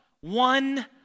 One